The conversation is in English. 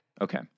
Okay